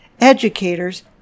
educators